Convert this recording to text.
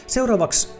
Seuraavaksi